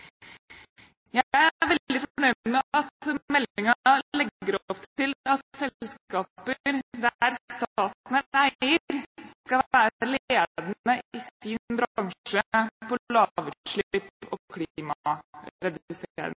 veldig fornøyd med at meldingen legger opp til at selskaper der staten er eier, skal være ledende i sin bransje på lavutslipp og